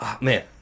Man